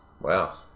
Wow